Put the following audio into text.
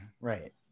right